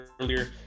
earlier